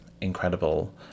incredible